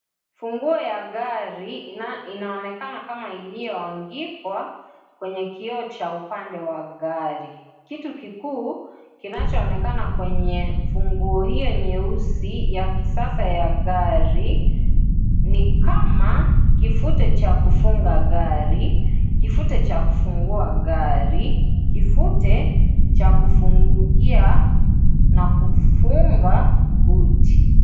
Funguo ya gari inaonekana kama iliyoanikwa kwenye kioo cha upande gari. Kitu kikuu kinachoonekana kwenye funguo hiyo nyeusi ya kisasa ya gari ni kama kifute cha kufunga gari, kifute cha kufungua gari, kifute cha kufungia na kufunga buti.